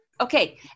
Okay